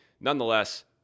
Nonetheless